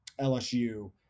LSU